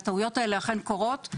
הטעויות האלה אכן קורות.